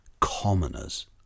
commoners